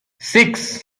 six